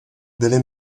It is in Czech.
byli